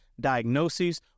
diagnoses